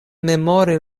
memori